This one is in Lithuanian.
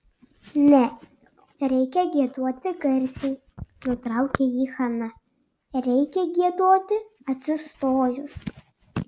ne reikia giedoti garsiai nutraukė jį hana reikia giedoti atsistojus